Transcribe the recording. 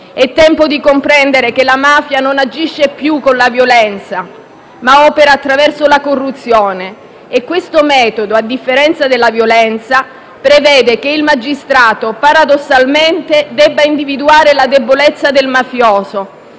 È tempo di comprendere che la mafia non agisce più con la violenza, ma opera attraverso la corruzione. E questo metodo, a differenza della violenza, prevede che il magistrato, paradossalmente, debba individuare la debolezza del mafioso,